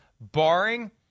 barring